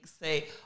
say